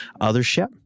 Othership